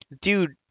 dude